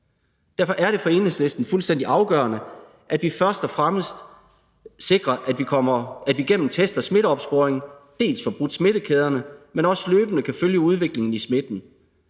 Derfor er det for Enhedslisten fuldstændig afgørende, at vi først og fremmest sikrer, at vi igennem test og smitteopsporing dels får brudt smittekæderne, men også løbende kan følge udviklingen i smitten,